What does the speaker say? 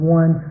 one